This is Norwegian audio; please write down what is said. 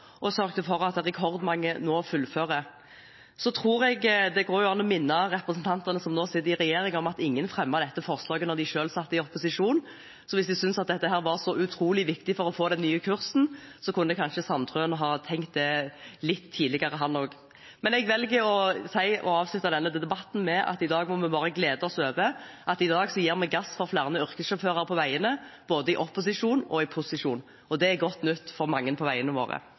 og sørget for at rekordmange nå fullfører. Jeg tror det går an å minne representantene som nå sitter i regjering, om at ingen fremmet dette forslaget da de selv satt i opposisjon, så hvis de synes det var så utrolig viktig for å få den nye kursen, kunne kanskje Sandtrøen ha tenkt det litt tidligere, han også. Men jeg velger å avslutte debatten med at vi i dag må glede oss over at vi gir gass for flere yrkessjåfører på veiene – både opposisjon og posisjon. Det er godt nytt for mange på veiene våre.